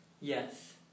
Yes